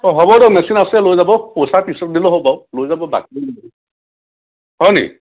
অঁ হ'ব দিয়ক মেচিন আছে লৈ যাব পইচা পিছত দিলেও হ'ব বাৰু লৈ যাব বাকী হয়নি